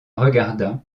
regarda